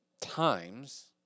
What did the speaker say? times